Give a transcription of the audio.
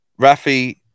Rafi